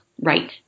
Right